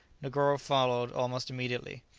negoro followed almost immediately.